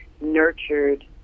nurtured